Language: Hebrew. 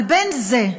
אבל בין זה,